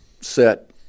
set